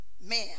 man